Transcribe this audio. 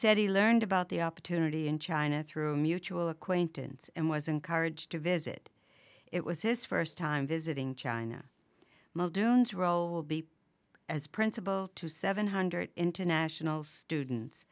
said he learned about the opportunity in china through mutual acquaintance and was encouraged to visit it was his first time visiting china muldoon role be as principal to seven hundred international students